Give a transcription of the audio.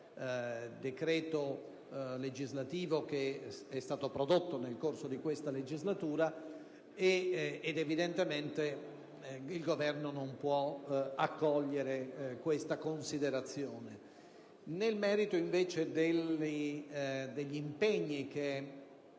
decreto legislativo prodotto nel corso di questa legislatura, ed evidentemente il Governo non può accogliere questa considerazione. Per quanto concerne invece